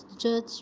judge